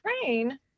train